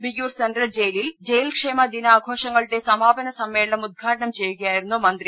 Viyyur central ജയിലിൽ ജയിൽക്ഷേമ ദിനാഘോഷങ്ങളുടെ സമാ പന സമ്മേളനം ഉദ്ഘാടനം ചെയ്യുകയായിരുന്നു മന്ത്രി